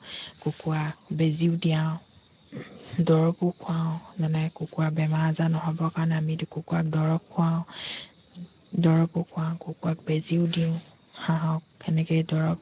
কুকুৰা বেজীও দিয়াওঁ দৰৱো খুৱাওঁ যেনে কুকুৰা বেমাৰ আজাৰ নহ'বৰ কাৰণে আমি কুকুৰাক দৰৱ খুৱাওঁ দৰৱো খুৱাওঁ কুকুৰাক বেজীও দিওঁ হাঁহক সেনেকেই দৰৱ